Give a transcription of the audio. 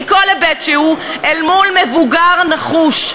"מכל היבט שהוא אל מול מבוגר נחוש,